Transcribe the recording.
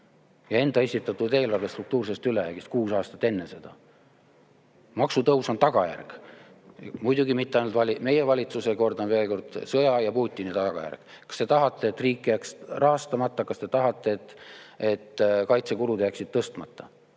ja enda esitatud eelarve struktuursest ülejäägist kuus aastat enne seda. Maksutõus on tagajärg, muidugi mitte ainult meie valitsuse, vaid kordan veel kord, sõja ja Putini [poliitika] tagajärg. Kas te tahate, et riik jääks rahastamata? Kas te tahate, et kaitsekulud jääksid tõstmata?